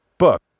book